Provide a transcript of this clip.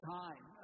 time